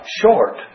short